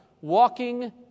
walking